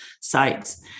sites